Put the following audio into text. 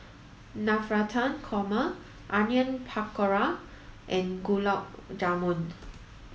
Navratan Korma Onion Pakora and Gulab Jamun